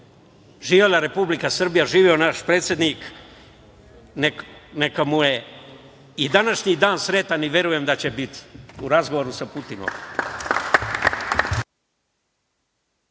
živela Republika Srbija, živeo naš predsednik! Neka mu je i današnji dan sretan i verujem da će biti u razgovoru sa Putinom.